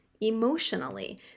emotionally